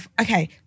Okay